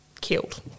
killed